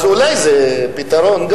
אז אולי זה גם פתרון.